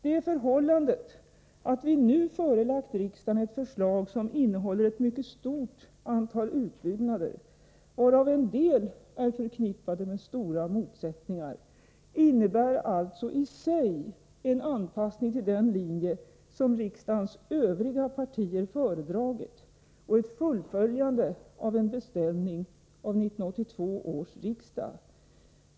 Det förhållandet att vi nu förelagt riksdagen ett förslag som innehåller ett mycket stort antal utbyggnader, varav en del är förknippade med stora motsättningar, innebär alltså i sig en anpassning till den linje som riksdagens övriga partier föredragit och ett fullföljande av en beställning av 1982 års riksdag.